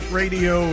radio